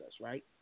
right